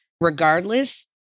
regardless